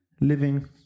living